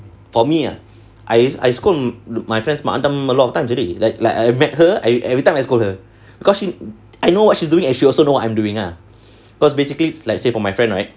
for me ah I scold my friends mak andam a lot of times already like like I met her I everytime I scold her because she I know what she's doing as she also know what I'm doing ah cause basically like say for my friend right